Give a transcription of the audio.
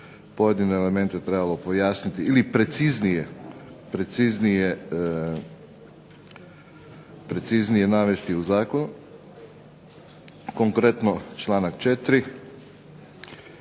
pojedine elemente trebalo pojasniti ili preciznije navesti u zakonu. Konkretno članak 4.